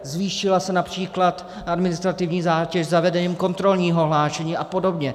Zvýšila se například administrativní zátěž zavedením kontrolního hlášení apod.